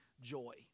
joy